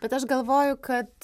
bet aš galvoju kad